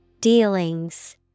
Dealings